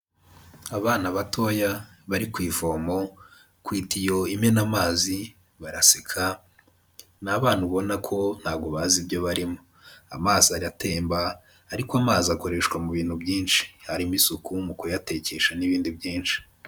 Abana batoya bari ku ivomo ku itiyo imena amazi baraseka, ni abana ubona ko ntabwo bazi ibyo barimo. Amazi aratemba ariko amazi akoreshwa mu bintu byinshi, harimo isuku mu kuyatekesha n'ibindi byinshi.